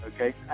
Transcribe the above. Okay